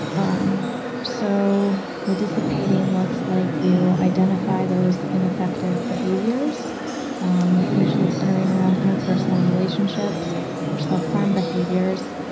um so the dissipating looks like you identify those ineffective behaviors um usually centering around interpersonal relationships or self-harm behaviors,